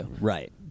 right